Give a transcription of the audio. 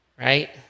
Right